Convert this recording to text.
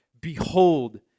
Behold